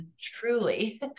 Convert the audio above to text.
truly